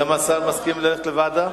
גם השר מסכים ללכת לוועדה?